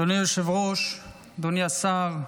אדוני היושב-ראש, אדוני השר,